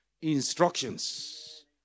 instructions